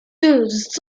deux